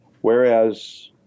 Whereas